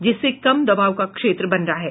जिससे कम दबाव का क्षेत्र बन रहा है